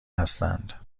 هستند